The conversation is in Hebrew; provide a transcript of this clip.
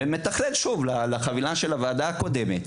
ומתכלל שוב לחבילה של הוועדה הקודמת.